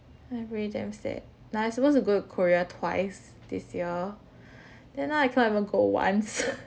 I really damn sad lah like I suppose to go korea twice this year then now I can't even go once